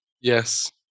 Yes